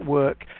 work